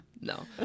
No